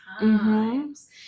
times